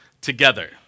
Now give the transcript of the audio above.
together